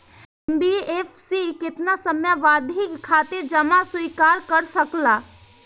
NBFC केतना समयावधि खातिर जमा स्वीकार कर सकला?